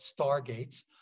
stargates